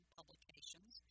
Publications